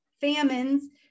famines